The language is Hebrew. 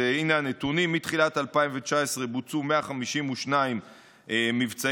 הינה הנתונים: מתחילת 2019 בוצעו 152 מבצעים